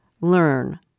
learn